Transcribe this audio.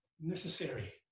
necessary